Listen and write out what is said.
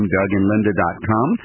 DougAndLinda.com